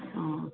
ਹਾਂ